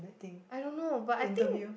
I don't know but I think